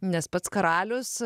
nes pats karalius